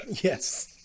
Yes